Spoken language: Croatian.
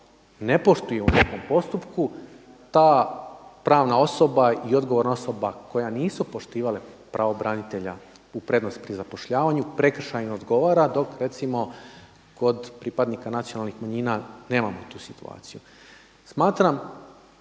ne poštuje u nekom postupku ta pravna osoba i odgovorna osoba koja nisu poštivale pravo branitelja u prednosti pri zapošljavanju prekršajno odgovara dok recimo kod pripadnika nacionalnih manjina nemamo tu situaciju. Smatram